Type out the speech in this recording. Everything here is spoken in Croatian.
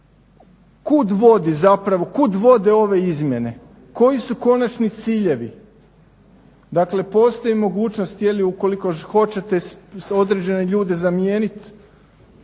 kud vode ove izmjene, koji su konačni ciljevi. Dakle, postoji mogućnost ukoliko hoćete određene ljude zamijeniti